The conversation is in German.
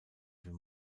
für